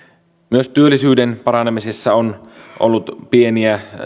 myös työllisyyden paranemisessa on ollut pieniä